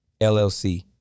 LLC